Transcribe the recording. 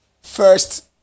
First